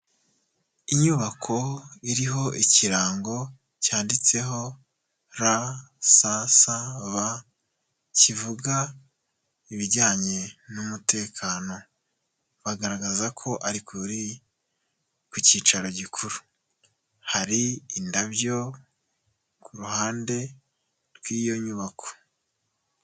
Inyubako iriho ikirango cyanditseho RSSB kivuga ibijyanye n'umutekano, bagaragaza ko ari ku cyicaro gikuru, hari indabyo ku ruhande rw'iyo nyubako.